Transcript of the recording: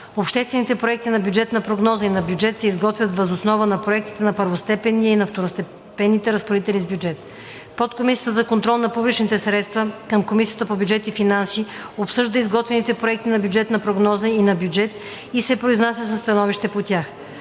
Обобщените проекти на бюджетна прогноза и на бюджет се изготвят въз основа на проектите на първостепенния и на второстепенните разпоредители с бюджет. Подкомисията за контрол на публичните средства към Комисията по бюджет и финанси обсъжда изготвените проекти на бюджетна прогноза и на бюджет и се произнася със становища по тях.